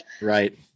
Right